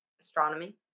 astronomy